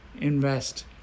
Invest